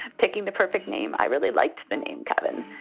ah picking the perfect name. i really liked the name kevin.